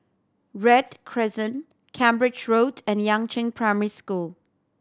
Read Crescent Cambridge Road and Yangzheng Primary School